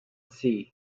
sea